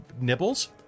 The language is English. nibbles